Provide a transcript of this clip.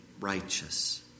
righteous